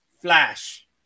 flash